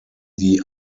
die